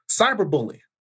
Cyberbullying